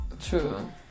True